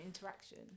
interaction